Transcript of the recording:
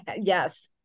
Yes